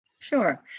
Sure